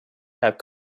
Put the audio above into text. have